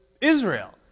Israel